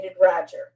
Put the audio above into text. Roger